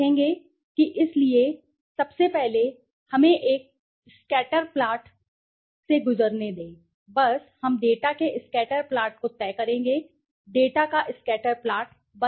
देखेंगे कि इसलिए सबसे पहले हमें एक स्कैटर प्लॉट से गुजरने दें बस हम डेटा के स्कैटर प्लॉट को तय करेंगे डेटा का स्कैटर प्लॉट बनायंगे